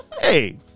Hey